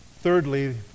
thirdly